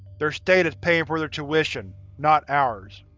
their state is paying for their tuition, not ours.